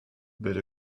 but